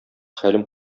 хәлем